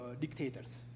dictators